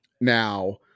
Now